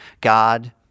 God